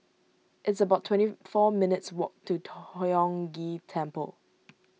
it's about twenty four minutes' walk to Tiong Ghee Temple